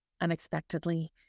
unexpectedly